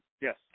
yes